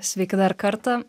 sveiki dar kartą